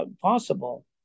possible